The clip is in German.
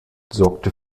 sorgte